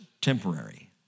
temporary